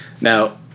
Now